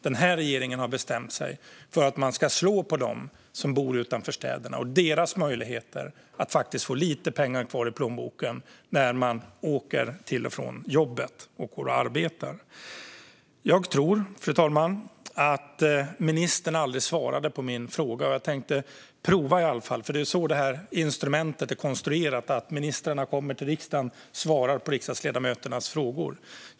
Den här regeringen har bestämt sig för att man ska slå på dem som bor utanför städerna och deras möjligheter att få lite pengar kvar i plånboken när de åker till och från jobbet och går och arbetar. Fru talman! Jag tror att ministern aldrig svarade på min fråga. Jag tänkte i varje fall prova att ställa den, för det är så det här instrumentet är konstruerat. Ministrarna kommer till riksdagen och svarar på riksdagsledamöternas frågor. Fru talman!